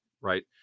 Right